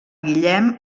guillem